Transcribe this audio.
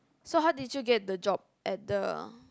so how did you get the job at the